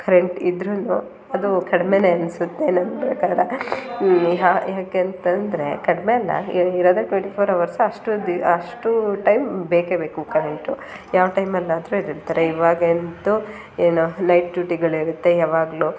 current ಇದ್ರೂ ಅದೂ ಕಡ್ಮೆಯೇ ಅನಿಸುತ್ತೆ ನನ್ನ ಪ್ರಕಾರ ಯಾಕೆ ಅಂತಂದರೆ ಕಡಿಮೆ ಅಲ್ಲ ಇರೋದೇ ಟ್ವೆಂಟಿ ಫೋರ್ ಅವರ್ಸ್ ಅಷ್ಟು ದಿ ಅಷ್ಟೂ ಟೈಮ್ ಬೇಕೇ ಬೇಕು ಕರೆಂಟು ಯಾವ ಟೈಮಲ್ಲಾದರೂ ಇವಾಗೆಂತೂ ಏನು ನೈಟ್ ಡ್ಯೂಟಿಗಳಿರುತ್ತೆ ಯಾವಾಗಲೂ